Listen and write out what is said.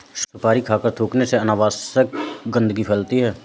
सुपारी खाकर थूखने से अनावश्यक गंदगी फैलती है